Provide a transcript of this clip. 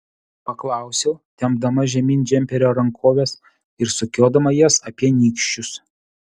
paklausiau tempdama žemyn džemperio rankoves ir sukiodama jas apie nykščius